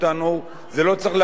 אנחנו לא צריכים להקל בזה ראש,